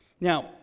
Now